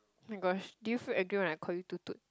my-gosh did you feel angry when I call you to to